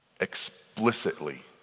explicitly